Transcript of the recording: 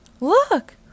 Look